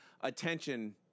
attention